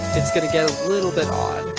is going to get a little bit